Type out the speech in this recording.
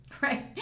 right